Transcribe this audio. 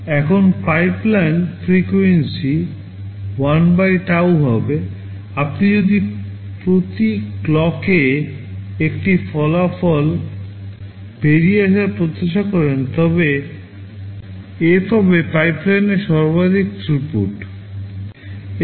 এখন pipeline frequency